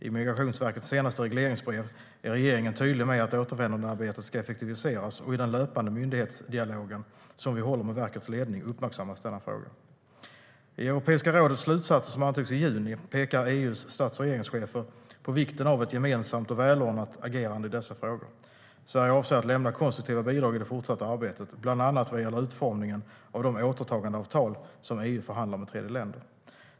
I Migrationsverkets senaste regleringsbrev är regeringen tydlig med att återvändandearbetet ska effektiviseras, och i den löpande myndighetsdialogen, som vi håller med verkets ledning, uppmärksammas denna fråga. I Europeiska rådets slutsatser som antogs i juni pekar EU:s stats och regeringschefer på vikten av ett gemensamt och välordnat agerande i dessa frågor. Sverige avser att lämna konstruktiva bidrag i det fortsatta arbetet, bland annat vad gäller utformningen av de återtagandeavtal som EU förhandlar med tredjeländer.